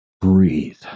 breathe